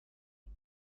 den